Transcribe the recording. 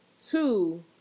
Two